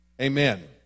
Amen